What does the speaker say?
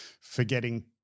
forgetting